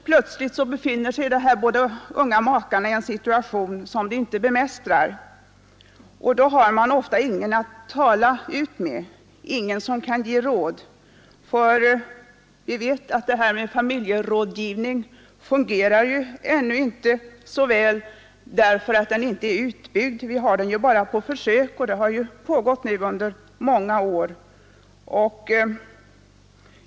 Plötsligt befinner sig de unga makarna i en situation som de inte bemästrar, och då har de ofta ingen att tala ut med, ingen som kan ge råd, för vi vet att familjerådgivningen ännu inte fungerar så väl därför att den ännu inte är utbyggd. Vi har den bara på försök och dessa har pågått under många år.